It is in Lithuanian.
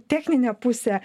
techninę pusę